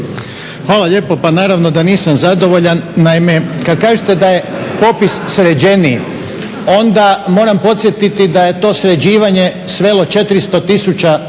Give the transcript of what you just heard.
Hvala lijepo. Pa naravno da nisam zadovoljan. Naime, kada kažete da je popis sređeniji, onda moram podsjetiti da je to sređivanje svelo 400 tisuća birača